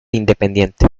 independiente